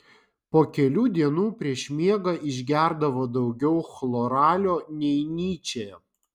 po kelių dienų prieš miegą išgerdavo daugiau chloralio nei nyčė